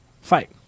fight